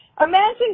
Imagine